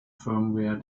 firmware